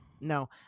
no